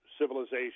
civilization